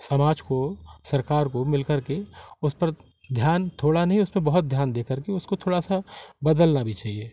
समाज को सरकार को मिल कर के उस पर ध्यान थोड़ा नहीं उस पर बहुत ध्यान देकर के उसको थोड़ा सा बदलना भी चाहिए